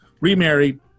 remarried